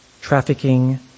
trafficking